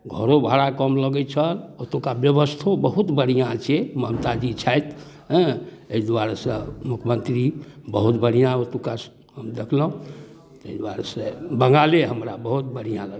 घरो भाड़ा कम लगै छल ओतौका बेबस्थो बहुत बढ़िआँ छै ममताजी छथि हँ एहि दुआरेसँ मुख्यमन्त्री बहुत बढ़िआँ ओतुका हम देखलहुँ ताहि दुआरेसँ बङ्गाले हमरा बहुत बढ़िआँ लग